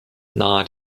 nahe